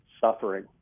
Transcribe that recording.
suffering